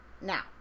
Now